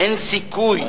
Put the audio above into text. אין סיכוי.